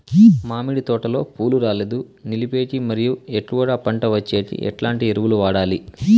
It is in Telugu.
మామిడి తోటలో పూలు రాలేదు నిలిపేకి మరియు ఎక్కువగా పంట వచ్చేకి ఎట్లాంటి ఎరువులు వాడాలి?